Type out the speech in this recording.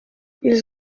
ils